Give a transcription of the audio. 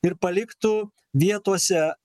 ir paliktų vietose